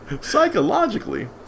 Psychologically